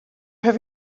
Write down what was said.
have